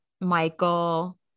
Michael